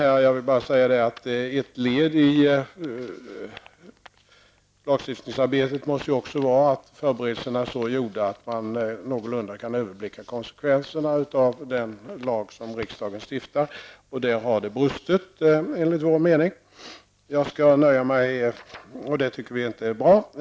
Men jag vill bara säga att ett led i lagstiftningsarbetet ju måste vara att förberedelserna görs så att man någorlunda kan överblicka konsekvenserna av den lag som riksdagen stiftar. Där har det enligt vår mening brustit. Det tycker vi inte är bra.